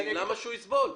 למה שהוא יסבול?